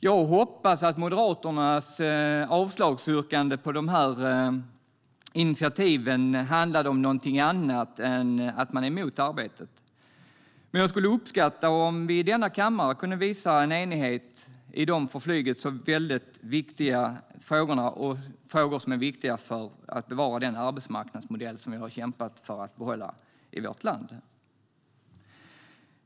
Jag hoppas att Moderaternas avslagsyrkande i fråga om de initiativen handlade om någonting annat än att man är emot arbetet. Men jag skulle uppskatta om vi i denna kammare kunde visa en enighet i de för flyget väldigt viktiga frågorna - det är frågor som är viktiga för att bevara den arbetsmarknadsmodell som vi har kämpat för att behålla i vårt land.